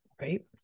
right